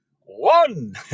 One